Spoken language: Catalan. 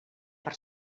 per